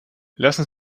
lassen